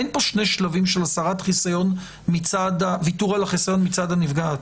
אין שני שלבים של ויתור על החיסיון מצד הנפגעת.